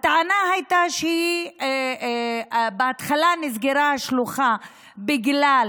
הטענה הייתה שבהתחלה נסגרה השלוחה בגלל